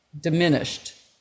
diminished